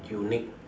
unique